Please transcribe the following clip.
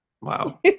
Wow